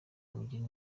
mugire